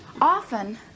often